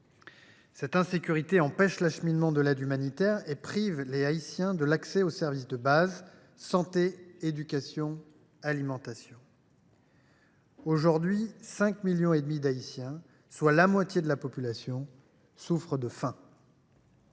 Cette insécurité empêche l’acheminement de l’aide humanitaire et prive les Haïtiens de l’accès aux services de base : santé, éducation, alimentation. Aujourd’hui, 5,5 millions d’Haïtiens, soit la moitié de la population, souffrent de la faim.